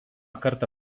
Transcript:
kartą